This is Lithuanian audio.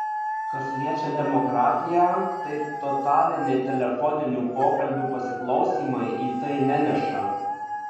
kas liečia demokratiją tai totaliniai telefoninių pokalbių pasiklausymai į tai neneša